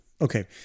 Okay